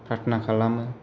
प्रार्थना खालामो